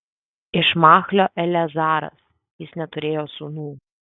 iš machlio eleazaras jis neturėjo sūnų